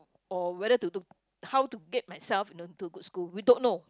or whether to do how to get myself you know to good school we don't know